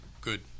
good